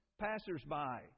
passers-by